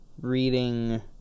reading